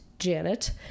Janet